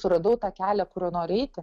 suradau tą kelią kuriuo noriu eiti